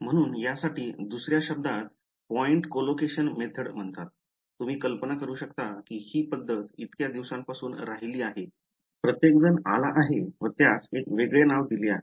म्हणून या साठी दुसर्या शब्दाला पॉईंट कोलोकेशन मेथड म्हणतात तुम्ही कल्पना करू शकता ही पद्धत इतक्या दिवसांपासून राहिली आहे की प्रत्येकजण आला आहे व त्यास एक वेगळे नाव दिले आहे